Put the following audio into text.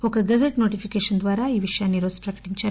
ఒక gazette notification ద్వారా ఈ విషయాన్ని ఈరోజు ప్రకటించారు